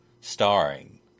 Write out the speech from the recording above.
Starring